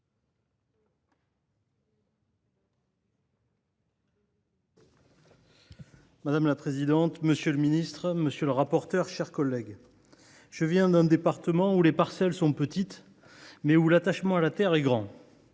Madame la présidente, monsieur le ministre, mes chers collègues, je viens d’un département où les parcelles sont petites, mais où l’attachement à la terre est grand.